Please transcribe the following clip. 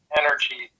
energy